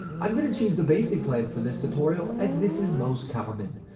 i'm going to choose the basic plan for this tutorial as this is most common.